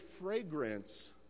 fragrance